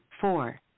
four